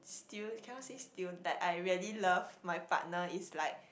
still cannot say still that I really love my partner is like